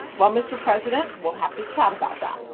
well, mr. president, we'll have to chat about that.